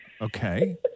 Okay